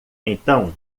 então